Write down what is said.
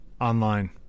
online